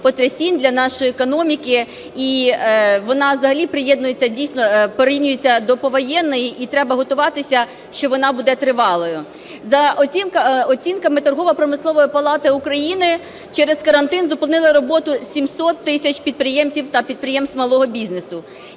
потрясінь для нашої економіки. І вона взагалі приєднується, дійсно, прирівнюється до повоєнної, і треба готуватися, що вона буде тривалою. За оцінками Торгово-промислової палати України, через карантин зупинили роботу 700 тисяч підприємців та підприємств малого бізнесу,